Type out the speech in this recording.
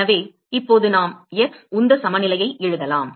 எனவே இப்போது நாம் x உந்த சமநிலையை எழுதலாம்